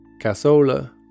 Casola